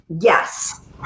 yes